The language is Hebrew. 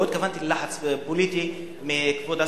לא התכוונתי ללחץ פוליטי מכבוד השר,